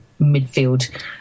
midfield